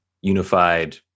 unified